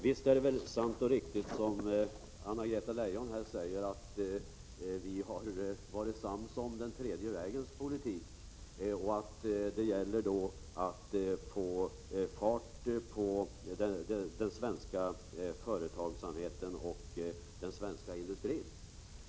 Visst är det sant, som Anna-Greta Leijon säger, att det råder enighet om den tredje vägens politik och att det därför gäller att få fart på den svenska företagsamheten och den svenska industrin.